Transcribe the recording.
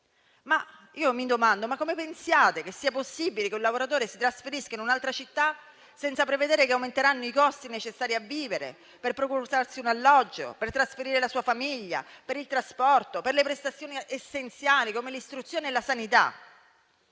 Io mi domando come pensate sia possibile che un lavoratore si trasferisca in un'altra città senza prevedere che aumenteranno i costi necessari per vivere, per procurarsi un alloggio, per trasferire la sua famiglia, per il trasporto, per le prestazioni essenziali come l'istruzione e la sanità.